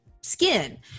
skin